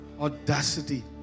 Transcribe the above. Audacity